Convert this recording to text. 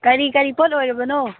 ꯀꯔꯤ ꯀꯔꯤ ꯄꯣꯠ ꯑꯣꯏꯔꯕꯅꯣ